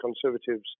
Conservatives